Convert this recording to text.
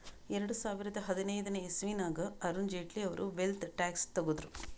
ಎರಡು ಸಾವಿರದಾ ಹದಿನೈದನೇ ಇಸವಿನಾಗ್ ಅರುಣ್ ಜೇಟ್ಲಿ ಅವ್ರು ವೆಲ್ತ್ ಟ್ಯಾಕ್ಸ್ ತಗುದ್ರು